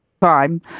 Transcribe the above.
time